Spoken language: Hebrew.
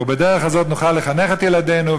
ובדרך הזאת נוכל לחנך את ילדינו,